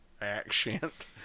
accent